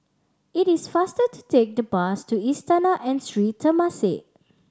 it is faster to take the bus to Istana and Sri Temasek